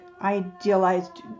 idealized